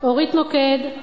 אורית נוקד,